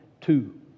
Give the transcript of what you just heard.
two